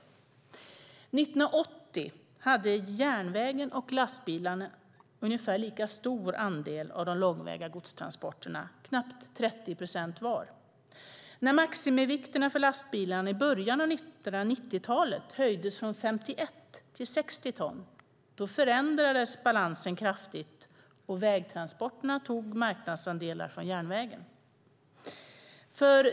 År 1980 hade järnvägen och lastbilarna ungefär lika stor andel av de långväga godstransporterna, knappt 30 procent var. När maximivikten för lastbilar i början av 1990-talet höjdes från 51 till 60 ton förändrades balansen kraftigt och vägtransporterna tog marknadsandelar från järnvägen.